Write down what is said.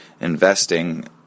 investing